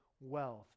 wealth